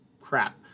crap